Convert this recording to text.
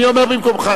אני אומר במקומך.